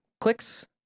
clicks